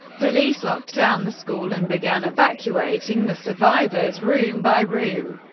police locked down the school and began evacuating the survivors room by room,